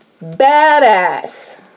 badass